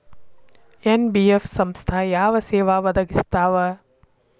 NBF ಸಂಸ್ಥಾ ಯಾವ ಸೇವಾ ಒದಗಿಸ್ತಾವ?